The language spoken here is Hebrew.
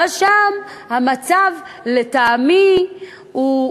אבל שם המצב, לטעמי, הוא,